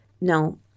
No